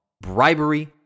bribery